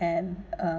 and uh